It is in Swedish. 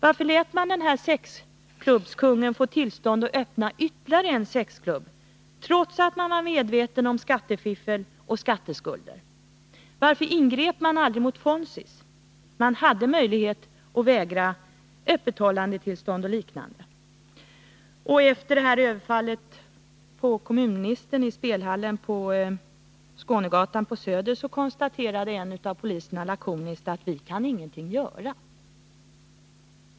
Varför lät man den här sexklubbskungen få tillstånd att öppna ytterligare en sexklubb, trots att man var medveten om skattefifflet och skatteskulderna? Varför ingrep man aldrig mot Fonzies? Man hade möjlighet att vägra öppethållandetillstånd och liknande. Och efter överfallet på kommunministern i spelhallen på Skånegatan på Söder konstaterade en av poliserna lakoniskt: Vi kan ingenting göra.